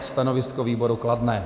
Stanovisko výboru kladné.